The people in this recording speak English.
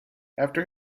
after